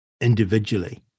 individually